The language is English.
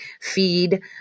feed